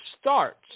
starts